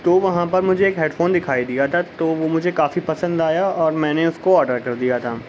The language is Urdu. تو وہاں پر مجھے ایک ہیڈ فون دکھائی دیا تھا تو وہ مجھے کافی پسند آیا اور میں نے اس کو آڈر کر دیا تھا